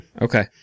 Okay